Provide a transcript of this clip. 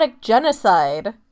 genocide